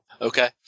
Okay